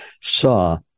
saw